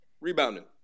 Rebounding